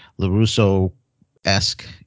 larusso-esque